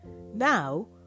Now